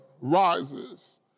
rises